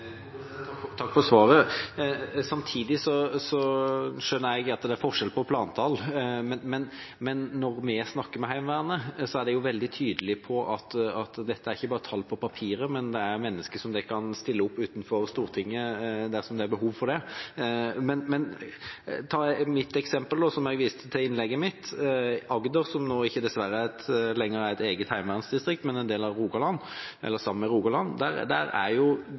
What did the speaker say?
Takk for svaret. Jeg skjønner samtidig at det er forskjell på plantall, men når vi snakker med Heimevernet, er de veldig tydelige på at dette ikke bare er tall på papiret, men mennesker som de kan stille opp utenfor Stortinget dersom det er behov for det. Ta eksempelet som jeg viste til i innlegget mitt: Planene er at når en i Agder – som nå dessverre ikke lenger er et eget heimevernsdistrikt, men sammen med Rogaland – skal gjennomføre nedbemanning, vil det, dersom de planene blir godkjent, gå fra 2 500 til 400, bl.a. fordi det ikke er